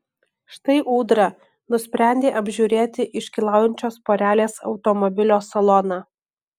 štai ūdra nusprendė apžiūrėti iškylaujančios porelės automobilio saloną